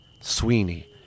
Sweeney